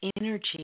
energy